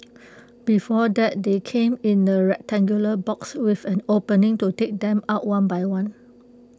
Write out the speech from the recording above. before that they came in A rectangular box with an opening to take them out one by one